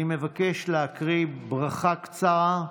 אני מבקש להקריא ברכה קצרה,